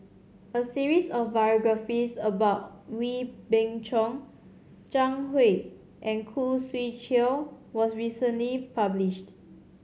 a series of biographies about Wee Beng Chong Zhang Hui and Khoo Swee Chiow was recently published